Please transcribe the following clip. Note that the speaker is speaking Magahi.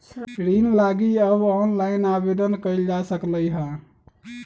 ऋण लागी अब ऑनलाइनो आवेदन कएल जा सकलई ह